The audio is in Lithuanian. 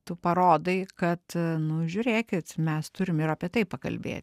tu parodai kad nu žiūrėkit mes turim ir apie tai pakalbėti